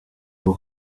bwo